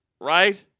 right